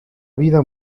vida